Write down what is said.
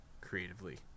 creatively